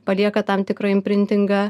palieka tam tikra imprintingą